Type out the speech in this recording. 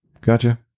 Gotcha